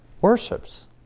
worships